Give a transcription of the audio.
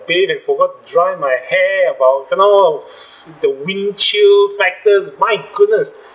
bathe and forgot dry my hair about you know the wind chill factors my goodness